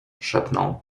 szepnął